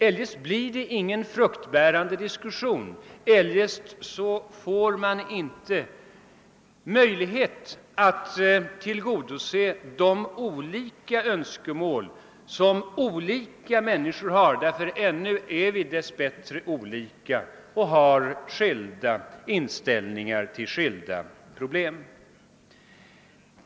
Eljest blir det ingen fruktbärande diskussion, eljest får man inte möjlighet att tillgodose skilda önskemål som olika människor har, därför att ännu är vi dess bättre olika och har skilda inställningar till olika problem.